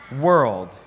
world